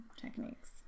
techniques